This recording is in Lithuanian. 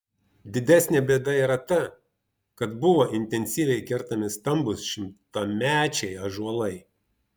didesnė bėda yra ta kad buvo intensyviai kertami stambūs šimtamečiai ąžuolai